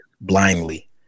blindly